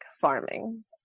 farming